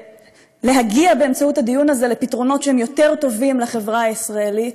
ולהגיע באמצעות הדיון הזה לפתרונות שהם טובים יותר לחברה הישראלית.